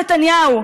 נתניהו,